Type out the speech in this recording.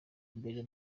mbere